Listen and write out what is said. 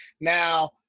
Now